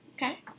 Okay